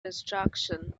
destruction